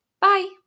Bye